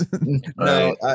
No